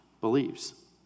believes